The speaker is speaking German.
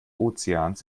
ozeans